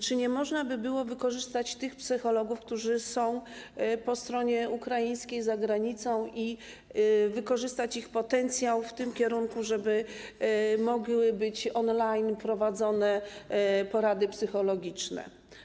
Czy nie można by było wykorzystać tych psychologów, którzy są po stronie ukraińskiej, za granicą, wykorzystać ich potencjał w tym kierunku, żeby mogły być on-line prowadzone porady psychologiczne?